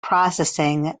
processing